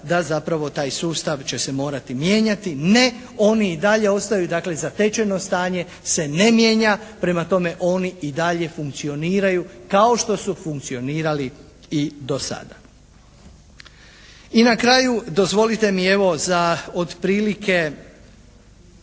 da zapravo taj sustav će se morati mijenjati. Ne, oni i dalje ostaju. Dakle, zatečeno stanje se ne mijenja. Prema tome, oni i dalje funkcioniraju kao što su funkcionirali i do sada. I na kraju dozvolite mi evo za otprilike